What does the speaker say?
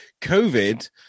COVID